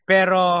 Pero